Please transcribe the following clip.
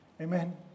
Amen